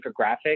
infographic